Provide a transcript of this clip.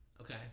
Okay